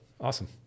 awesome